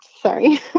Sorry